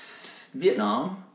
Vietnam